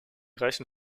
reichen